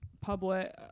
public